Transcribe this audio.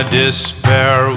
despair